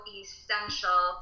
essential